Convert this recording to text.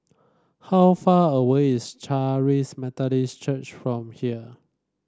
how far away is Charis Methodist Church from here